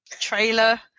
trailer